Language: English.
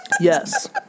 Yes